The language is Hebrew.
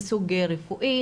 רפואי?